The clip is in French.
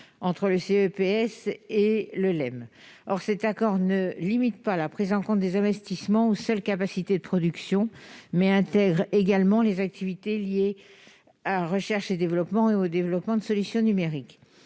entre le CEPS et le LEEM. Or cet accord ne limite pas la prise en compte des investissements aux seules capacités de production, mais intègre également les activités liées à la recherche et développement (R&D), et au développement de solutions numériques.